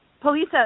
police